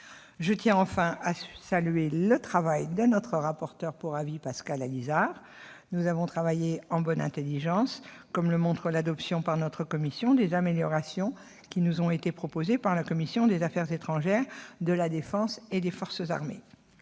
Je tiens enfin à saluer le travail du rapporteur pour avis, Pascal Allizard. Nous avons travaillé en bonne intelligence, comme le montre l'adoption, par notre commission, des améliorations qui nous ont été proposées par la commission des affaires étrangères, de la défense et des forces armées.